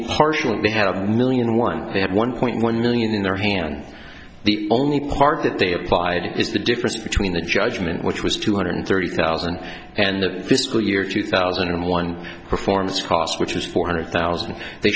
partially had a million one they had one point one million in their hand the only part that they applied is the difference between the judgment which was two hundred thirty thousand and the fiscal year two thousand and one performs cost which is four hundred thousand they